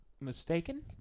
mistaken